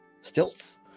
Stilts